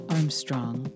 Armstrong